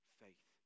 faith